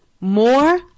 More